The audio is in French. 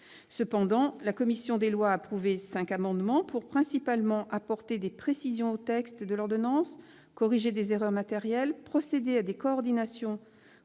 financières. La commission des lois a cependant approuvé cinq amendements visant principalement à apporter des précisions au texte de l'ordonnance, à corriger des erreurs matérielles, à procéder à des coordinations